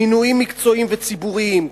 מינויים מקצועיים וציבוריים,